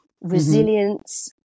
resilience